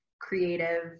creative